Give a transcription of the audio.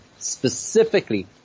specifically